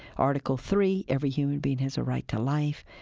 article three, every human being has a right to life.